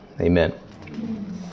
Amen